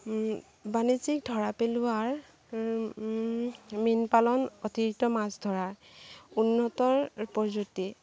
বাণিজ্যিক ধৰা পেলোৱাৰ মীন পালন অতিৰিক্ত মাছ ধৰাৰ উন্নতৰ প্ৰযুক্তি